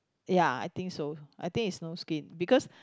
ya I think so I think is snow skin because